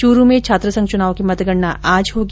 चूरू में छात्रसंघ चुनाव की मतगणना आज होगी